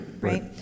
right